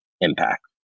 impact